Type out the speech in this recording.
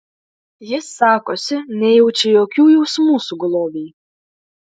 jis sakosi nejaučia jokių jausmų sugulovei